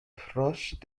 proche